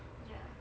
ya